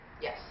Yes